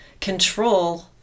control